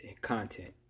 content